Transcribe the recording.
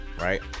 Right